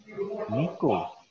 Nico